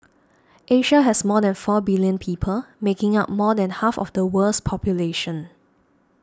Asia has more than four billion people making up more than half of the world's population